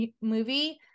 movie